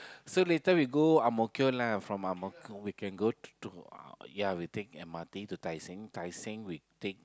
so later we go Ang-Mo-Kio lah from Ang-Mo-Kio we can go to to ya we take M_R_T to Tai Seng Tai Seng we take